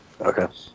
Okay